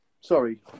Sorry